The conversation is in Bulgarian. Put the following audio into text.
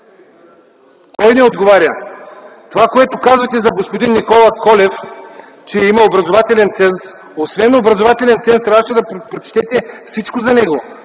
Кой не отговаря?! Това, което казахте за господин Никола Колев, че има образователен ценз, освен образователен ценз трябваше да прочетете всичко за него.